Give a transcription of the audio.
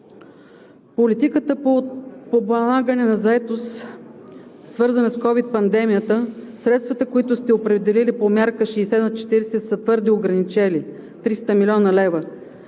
Политиката по прилагане на заетост, свързана с ковид пандемията. Средствата, които сте определили по мярка 60/40, са твърде ограничени – 300 млн. лв.